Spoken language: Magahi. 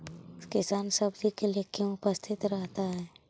किसान सब्जी के लिए क्यों उपस्थित रहता है?